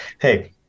Hey